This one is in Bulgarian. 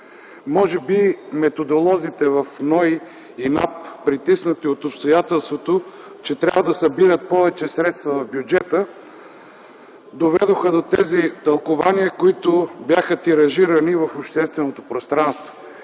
Може би методолозите в НОИ и НАП, притиснати от обстоятелството, че трябва да събират повече средства в бюджета, доведоха до тези тълкувания, които бяха тиражирани в общественото пространство.